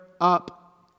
up